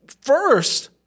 first